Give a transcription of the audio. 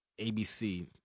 ABC